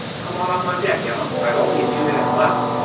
come on up on deck, emma i've only a few minutes left.